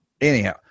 Anyhow